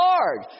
Lord